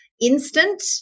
instant